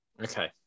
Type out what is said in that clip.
Okay